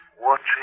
watching